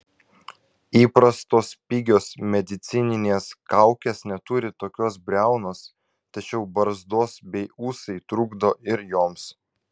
įprastos pigios medicininės kaukės neturi tokios briaunos tačiau barzdos bei ūsai trukdo ir joms